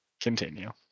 continue